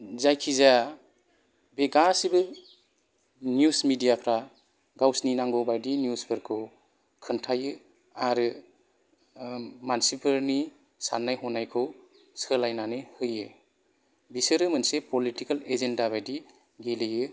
जायखि जाया बे गासिबो न्युज मिडियाफोरा गावसिनि नांगौ बादि न्युजफोरखौ खोन्थायो आरो मानसिफोरनि साननाय हनायखौ सोलायनानै होयो बिसोरो मोनसे पलिटिकेल एजेनदा बादि गेलेयो